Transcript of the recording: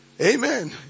Amen